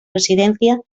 residencia